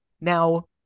Now